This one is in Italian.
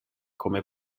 come